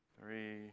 three